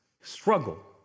struggle